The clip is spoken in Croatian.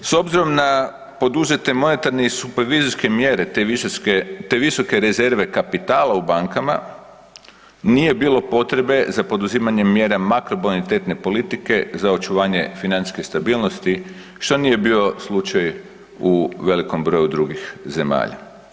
S obzirom na poduzete monetarne i supervizorske mjere, te visoke rezerve kapitala u bankama nije bilo potrebe za poduzimanje mjera makro bonitetne politike za očuvanje financijske stabilnosti što nije bio slučaj u velikom broju drugih zemalja.